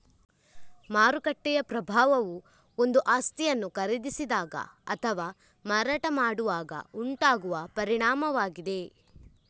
ಮಾರುಕಟ್ಟೆಯ ಪ್ರಭಾವವು ಒಂದು ಆಸ್ತಿಯನ್ನು ಖರೀದಿಸಿದಾಗ ಅಥವಾ ಮಾರಾಟ ಮಾಡುವಾಗ ಉಂಟಾಗುವ ಪರಿಣಾಮವಾಗಿದೆ